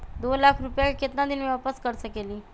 दो लाख रुपया के केतना दिन में वापस कर सकेली?